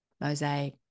mosaic